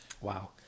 Wow